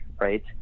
right